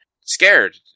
scared